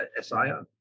SIO